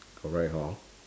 correct hor